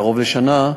קרוב לשנה,